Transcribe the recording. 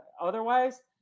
otherwise